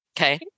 Okay